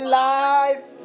life